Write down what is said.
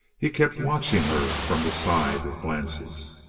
he kept watching her from the side, with glances.